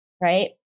right